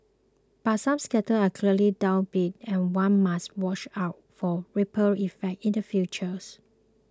but some sectors are clearly downbeat and one must watch out for ripple effects in the futures